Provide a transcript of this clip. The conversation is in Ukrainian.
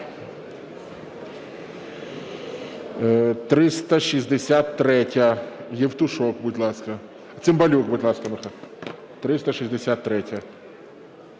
363. Євтушок, будь ласка. Цимбалюк, будь ласка. 363-я.